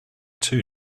two